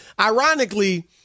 ironically